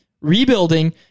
rebuilding